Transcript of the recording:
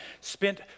spent